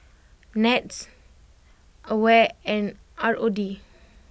Nets Aware and R O D